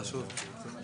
(7)